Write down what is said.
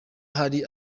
hari